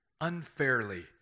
unfairly